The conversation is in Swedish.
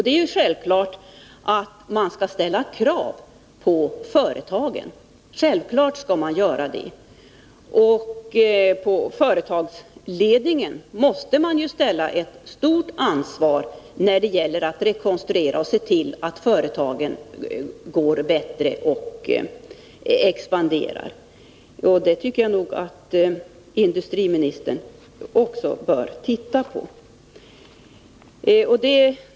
Det är självklart att man skall ställa krav på företagen. Av företagsledningen måste man begära ett stort ansvar när det gäller att rekonstruera och se till att företagen går bättre och expanderar. Det tycker jag nog att också industriministern skall titta på.